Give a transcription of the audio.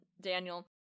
Daniel